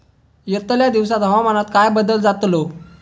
यतल्या दिवसात हवामानात काय बदल जातलो?